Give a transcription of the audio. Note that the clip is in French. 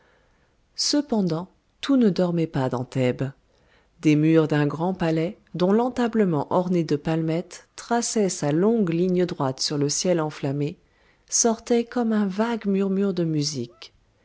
cependant tout ne dormait pas dans thèbes des murs d'un grand palais dont l'entablement orné de palmettes traçait sa longue ligne droite sur le ciel enflammé sortait comme un vague murmure de musique